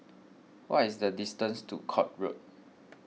what is the distance to Court Road